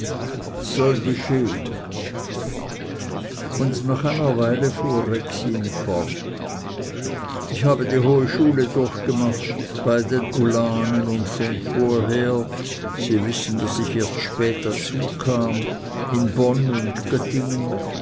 soll geschehn und nach einer weile fuhr rexin fort ich habe die hohe schule durchgemacht bei den ulanen und schon vorher sie wissen daß ich erst spät dazu kam in bonn und göttingen